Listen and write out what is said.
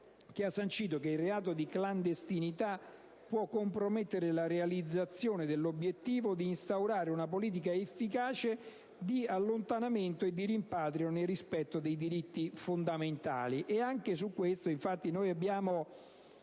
che ha sancito che il reato di clandestinità può compromettere la realizzazione dell'obiettivo di instaurare una politica efficace di allontanamento e di rimpatrio nel rispetto dei diritti fondamentali.